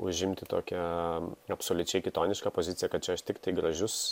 užimti tokią absoliučiai kitonišką poziciją kad čia aš tiktai gražius